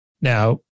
Now